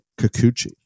Kikuchi